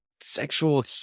sexual